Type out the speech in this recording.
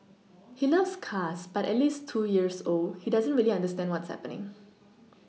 he loves cars but at two years old he doesn't really understand what's happening